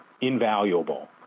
invaluable